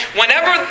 whenever